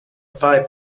five